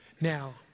Now